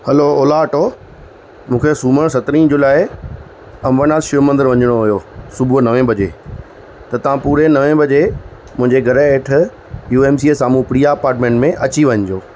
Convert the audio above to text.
hello Ola auto मूंखे सुमरु सत्रहीं जुलाई अमरनाथ शिव मंदरु वञिणो हुयो सुबुह नवे बजे त तव्हां पूरे नवे बजे मुंहिंजे घर हेठि यू एम सी जे साम्हूं प्रिया अपार्टमेंट में अची वञिजो